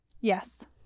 yes